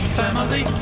family